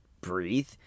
breathe